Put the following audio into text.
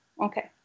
Okay